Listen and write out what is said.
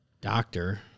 doctor